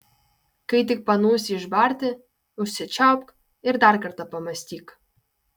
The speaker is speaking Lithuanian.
kai tik panūsi išbarti užsičiaupk ir dar kartą pamąstyk